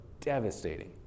devastating